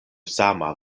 sama